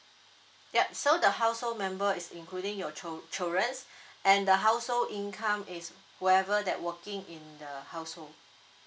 yup so the household member is including your child~ childrens and the household income is whoever that working in the household